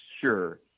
sure